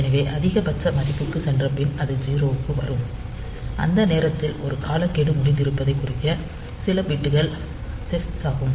எனவே அதிகபட்ச மதிப்புக்குச் சென்றபின் அது 0 க்கு வரும் அந்த நேரத்தில் ஒரு காலக்கெடு முடிந்திருப்பதைக் குறிக்க சில பிட் கள் செஸ் ஆகும்